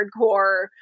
hardcore